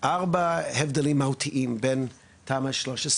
ארבעה הבדלים מהותיים בין תמ"א 6/13,